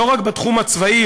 לא רק בתחום הצבאי,